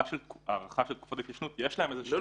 הארכה של תקופת ההתיישנות --- לא,